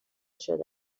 شده